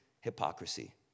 hypocrisy